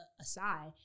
aside